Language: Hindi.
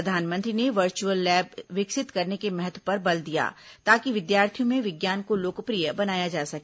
प्रधानमंत्री ने वर्चुअल लैब विकसित करने के महत्व पर बल दिया ताकि विद्यार्थियों में विज्ञान को लोकप्रिय बनाया जा सके